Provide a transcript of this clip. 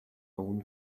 own